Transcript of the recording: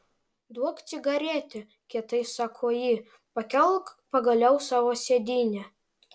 duok cigaretę kietai sako ji pakelk pagaliau savo sėdynę